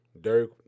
Dirk